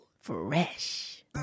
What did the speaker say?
Fresh